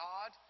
God